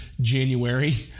January